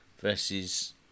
versus